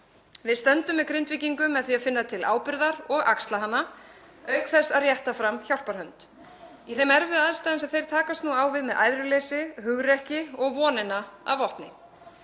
Við stöndum með Grindvíkingum með því að finna til ábyrgðar og axla hana auk þess að rétta fram hjálparhönd í þeim erfiðu aðstæðum sem þeir takast á við með æðruleysi, hugrekki og vonina að vopni.